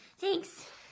thanks